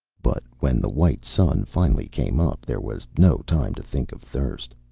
but when the white sun finally came up, there was no time to think of thirst.